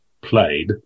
played